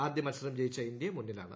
ആദ്യ മത്സരം ജയിച്ച ഇന്ത്യ മുന്നിലാണ്